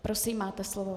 Prosím, máte slovo.